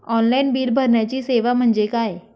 Online bill भरण्याची सेवा म्हणजे काय?